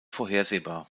vorhersehbar